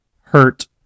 hurt